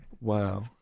Wow